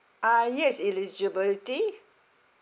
ah yes eligibility